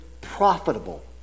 profitable